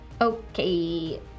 Okay